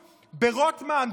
ברוטמן,